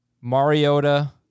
Mariota